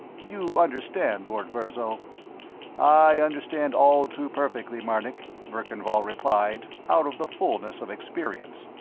you understand, lord virzal i understand all too perfectly, marnik, verkan vall replied, out of the fullness of experience.